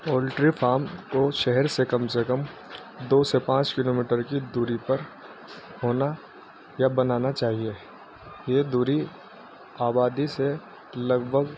poultry farm کو شہر سے کم سے کم دو سے پانچ کلو میٹر کی دوری پر ہونا یا بنانا چاہیے یہ دوری آبادی سے لگ بھگ